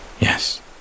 Yes